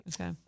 Okay